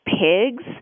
pigs